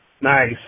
Nice